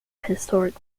historic